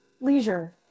Leisure